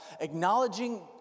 acknowledging